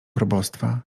probostwa